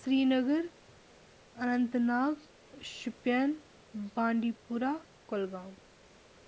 Srinagar Anantnag Shopian Bandipora Kulgam